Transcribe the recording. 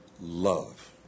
love